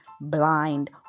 blind